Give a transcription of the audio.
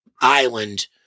island